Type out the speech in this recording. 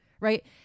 right